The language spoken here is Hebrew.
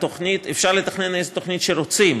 אפשר לתכנן איזו תוכנית שרוצים,